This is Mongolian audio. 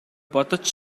бодож